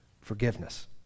forgiveness